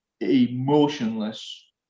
emotionless